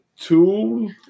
tool